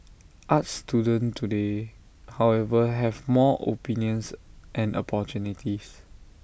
arts students today however have more opinions and opportunities